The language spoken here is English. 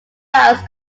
files